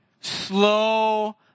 slow